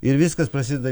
ir viskas prasidedai